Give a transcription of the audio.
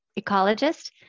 ecologist